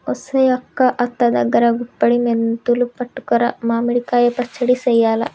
ఒసెయ్ అక్క అత్త దగ్గరా గుప్పుడి మెంతులు పట్టుకురా మామిడి కాయ పచ్చడి సెయ్యాల